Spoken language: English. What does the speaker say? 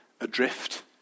adrift